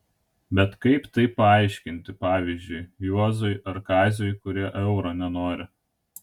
bet kaip tai paaiškinti pavyzdžiui juozui ar kaziui kurie euro nenori